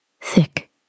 thick